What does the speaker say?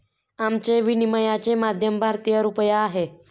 आमचे विनिमयाचे माध्यम भारतीय रुपया आहे